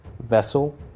vessel